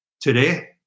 today